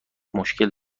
مشکل